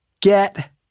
get